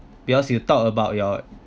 because you talk about your